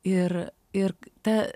ir ir ta